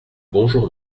bonjour